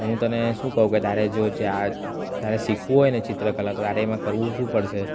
હું તને શું કહું કે તારે જો જે છે આ તારે શીખવું હોય ને ચિત્રકલા તો તારે એમાં કરવું શું પડશે